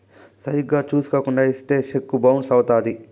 సరిగ్గా చూసుకోకుండా ఇత్తే సెక్కు బౌన్స్ అవుత్తది